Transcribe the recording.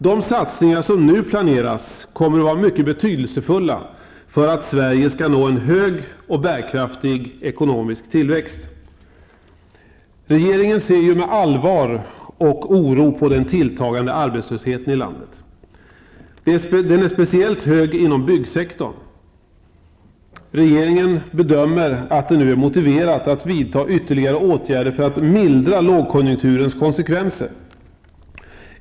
De satsningar som nu planeras kommer att vara mycket betydelsefulla för att Sverige skall nå en hög och bärkraftig ekonomisk tillväxt. Regeringen ser med allvar och oro på den tilltagande arbetslösheten i landet. Den är speciellt hög inom byggsektorn. Regeringen bedömer att det nu är motiverat att vidta ytterligare åtgärder för att mildra lågkonjunkturens konsekvenser.